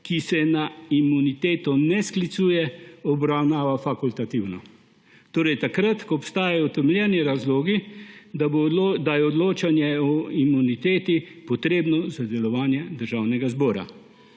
ki se na imuniteto ne sklicuje, obravnava fakultativno, torej takrat, ko obstajajo utemeljeni razlogi, da je odločanje o imuniteti potrebno za delovanje Državnega zbora.